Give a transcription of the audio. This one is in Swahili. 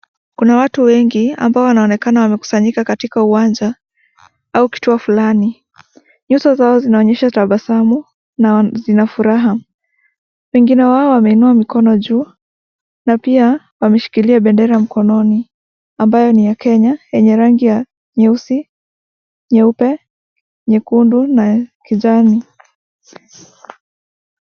Kuna watu wengi ambao wanaonekana wamekusanyika katika uwanja au kituo fulani. Nyuso zao zinaonyesha tabasamu na zina furaha. Wengine wao wameinua mikono juu na pia wameshikilia bendera mkononi ambayo ni ya Kenya enye rangi nyeusi, nyupe, nyekundu na kijani.